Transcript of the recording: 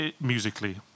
musically